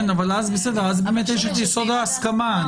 אבל אז יש יסוד הסכמה.